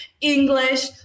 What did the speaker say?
English